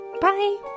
bye